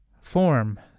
form